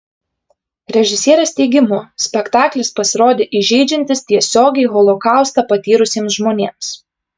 režisierės teigimu spektaklis pasirodė įžeidžiantis tiesiogiai holokaustą patyrusiems žmonėms